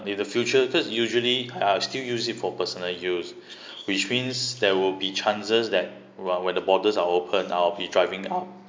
in the future cause usually uh still use it for personal use which means there will be chances that whe~ when the borders are open I'll be driving them out